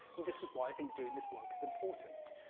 and this is why i think doing this work is important.